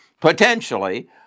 potentially